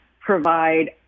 provide